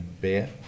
beer